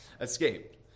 escaped